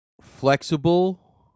flexible